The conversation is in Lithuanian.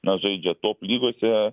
na žaidžia top lygose